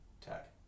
Tech